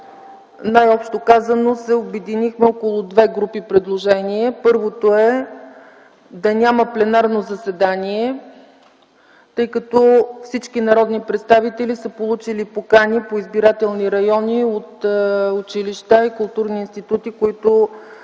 най-общо казано, се обединихме около две групи предложения. Първото е да няма пленарно заседание, тъй като всички народни представители са получили покани по избирателни райони от училища и културни институти, които